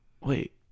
Wait